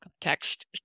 context